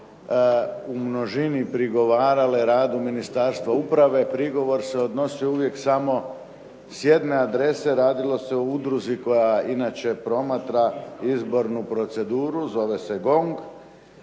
u množini prigovarale radu Ministarstva uprave, prigovor se odnosio uvijek samo s jedne adrese, radilo se o udruzi koja inače promatra izbornu proceduru, zove se GONG.